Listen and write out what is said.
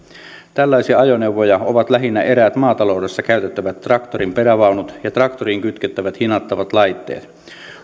tällaisia ajoneuvoja ovat lähinnä eräät maataloudessa käytettävät traktorin perävaunut ja traktoriin kytkettävät hinattavat laitteet